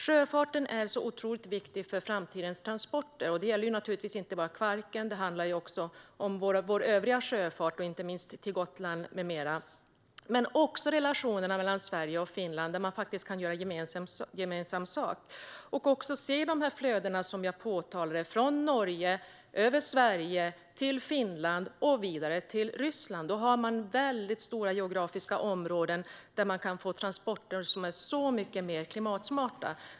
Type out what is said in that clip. Sjöfarten är otroligt viktig för framtidens transporter. Det gäller inte bara Kvarken, utan det handlar också om vår övriga sjöfart, inte minst till Gotland. Det handlar även om relationerna mellan Sverige och Finland, där man kan göra gemensam sak, och om att se de flöden jag pekade på, från Norge, över Sverige, till Finland och vidare till Ryssland. Då har man stora geografiska områden där man kan få transporter som är mycket mer klimatsmarta.